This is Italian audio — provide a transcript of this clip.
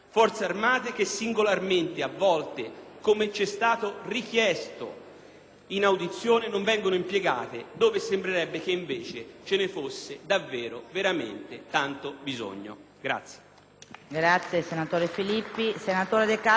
in audizione, non vengono impiegate dove sembrerebbe che invece ve ne sia davvero veramente tanto bisogno.*(Applausi